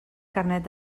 carnet